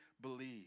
believe